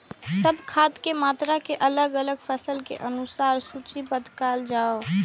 सब खाद के मात्रा के अलग अलग फसल के अनुसार सूचीबद्ध कायल जाओ?